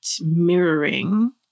mirroring